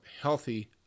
healthy